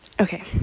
Okay